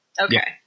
Okay